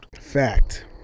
Fact